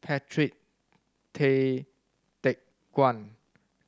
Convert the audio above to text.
Patrick Tay Teck Guan